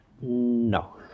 No